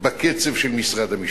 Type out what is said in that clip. בקצב של משרד המשפטים.